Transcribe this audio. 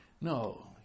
No